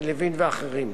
לוין ואחרים.